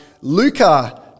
Luca